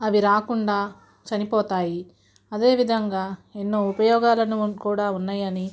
అవి రాకుండా చనిపోతాయి అదేవిధంగా ఎన్నో ఉపయోగాలను కూడా ఉన్నాయని